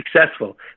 successful